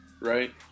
right